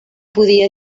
podia